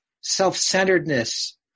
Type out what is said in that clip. self-centeredness